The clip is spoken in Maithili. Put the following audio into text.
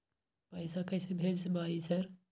पैसा कैसे भेज भाई सर?